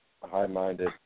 high-minded